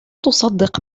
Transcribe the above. تصدق